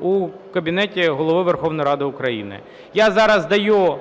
у кабінеті Голови Верховної Ради України. Я зараз даю